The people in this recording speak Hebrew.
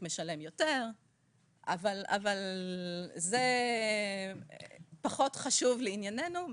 משלם יותר אבל זה פחות חשוב לענייננו.